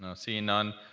and seeing none.